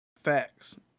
Facts